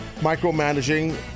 micromanaging